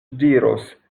diros